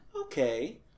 Okay